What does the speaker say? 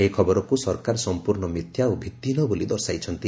ଏହି ଖବରକୁ ସରକାର ସମ୍ପର୍ଣ୍ଣ ମିଥ୍ୟା ଓ ଭିଭିହୀନ ବୋଲି ଦର୍ଶାଇଛନ୍ତି